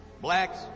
blacks